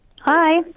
Hi